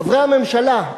חברי הממשלה,